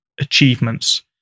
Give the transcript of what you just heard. achievements